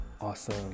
Awesome